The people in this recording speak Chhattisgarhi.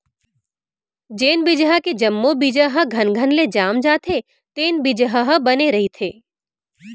जेन बिजहा के जम्मो बीजा ह घनघन ले जाम जाथे तेन बिजहा ह बने रहिथे